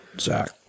Zach